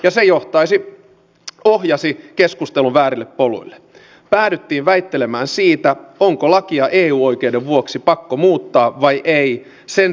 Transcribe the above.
jokainen voi kuvitella miten valtaisat kustannukset julkiselle taloudelle tulisi siitä jos yhtäkkiä jouduttaisiin hankkimaan ammattipalomiehet näiden lukuisten vapaaehtoisten tilalle